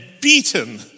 beaten